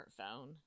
smartphone